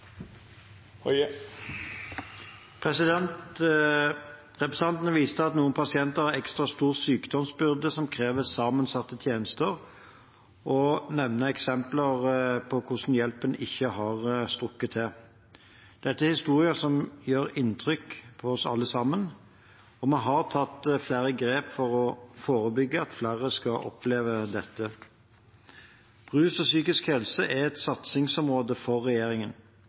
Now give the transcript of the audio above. viser til at noen pasienter har ekstra stor sykdomsbyrde som krever sammensatte tjenester, og nevner eksempler på hvordan hjelpen ikke har strukket til. Dette er historier som gjør inntrykk på oss alle sammen, og vi har tatt flere grep for å forebygge at flere skal oppleve dette. Rus og psykisk helse er et satsingsområde for regjeringen.